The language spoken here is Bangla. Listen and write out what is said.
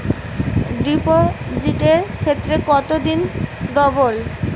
ডিপোজিটের ক্ষেত্রে কত দিনে ডবল?